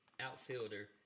outfielder